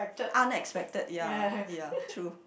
unexpected ya ya true